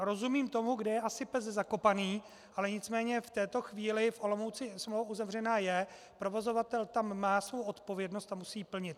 Rozumím tomu, kde je asi pes zakopaný, ale nicméně v této chvíli v Olomouci smlouva uzavřená je, provozovatel tam má svou odpovědnost a musí ji plnit.